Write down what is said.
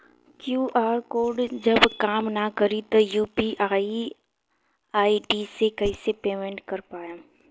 QR code जब काम ना करी त यू.पी.आई आई.डी से कइसे पेमेंट कर पाएम?